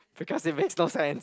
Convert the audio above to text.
because it makes no sense